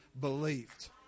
believed